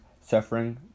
suffering